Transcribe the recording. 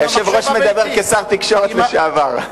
היושב-ראש מדבר כשר התקשורת לשעבר.